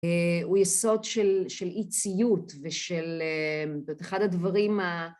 הוא יסוד של אי-ציות ושל, זאת אומרת, אחד הדברים